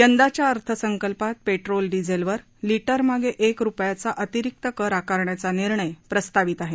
यंदाच्या अर्थसंकल्पात पेट्रोल डिझेलवर लिटरमागे एक रुपयाचा अतिरीक्त कर आकारण्याचा निर्णय प्रस्तावित आहे